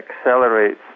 accelerates